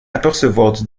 apercevoir